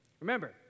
Remember